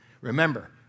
Remember